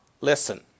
listen